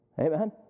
amen